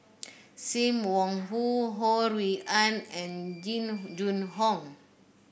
Sim Wong Hoo Ho Rui An and Jing Jun Hong